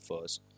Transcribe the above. first